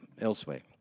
elsewhere